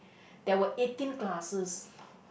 there were eighteen classes